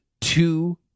two